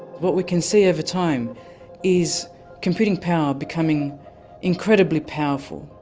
what we can see over time is computing power becoming incredibly powerful.